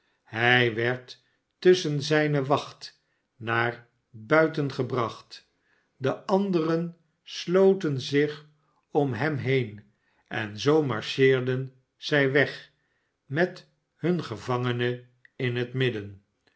hij werd tusschen zijne wacht naar buiten gebracht de anderen sloten zich om hem heen en zoo marcheerden zij weg met hun gevangene in het midden